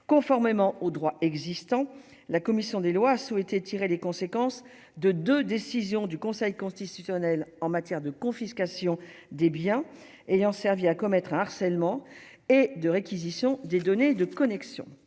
conformément au droit existant, la commission des lois a souhaité tirer les conséquences de 2 décisions du Conseil constitutionnel en matière de confiscation des biens ayant servi à commettre un harcèlement et de réquisition des données de connexion.